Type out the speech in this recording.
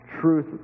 Truth